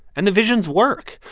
and the visions work.